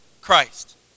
Christ